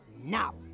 Now